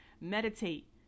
meditate